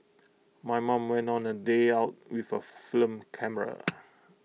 my mom went on A day out with A film camera